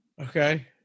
Okay